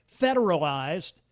federalized